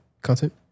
content